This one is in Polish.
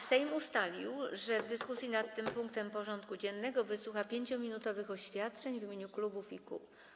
Sejm ustalił, że w dyskusji nad tym punktem porządku dziennego wysłucha 5-minutowych oświadczeń w imieniu klubów i kół.